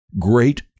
great